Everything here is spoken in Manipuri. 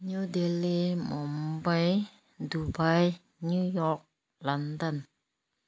new Delhi Mumbai Dubai New York London